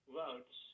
votes